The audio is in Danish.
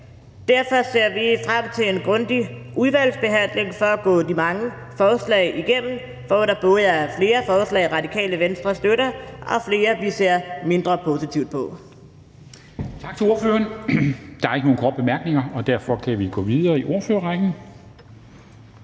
Derfor ser vi frem til en grundig udvalgsbehandling for at gå de mange forslag igennem, hvoraf der både er flere forslag, Radikale Venstre støtter, og flere, vi ser mindre positivt på.